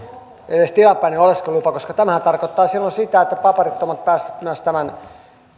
edes tilapäinen oleskelulupa koska tämähän tarkoittaa silloin sitä että paperittomat pääsevät myös tämän